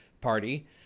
party